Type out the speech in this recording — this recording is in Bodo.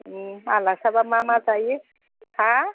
आलासियाबा मा मा जायो हा